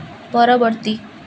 ପରବର୍ତ୍ତୀ